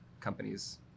companies